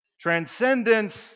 Transcendence